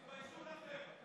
תתביישו לכם.